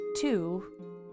two